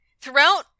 Throughout